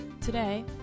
Today